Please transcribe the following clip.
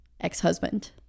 ex-husband